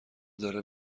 داره